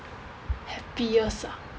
happiest ah